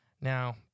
Now